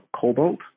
Cobalt